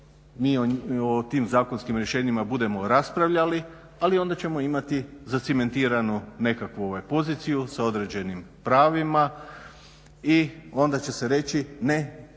mi o tim zakonskim rješenjima budemo raspravljali, ali onda ćemo imati zacementiranu nekakvu poziciju sa određenim pravima i onda će se reći ne, teška